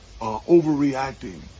overreacting